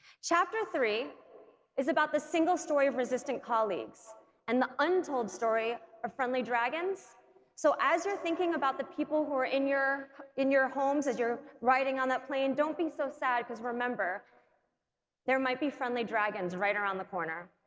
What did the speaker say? chapter three is about the single story of resistant colleagues and the untold story our friendly dragons so as you're thinking about the people who are in your in your home. as you're riding on that plane don't be so sad because remember there might be friendly dragons right around the corner.